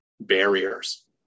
barriers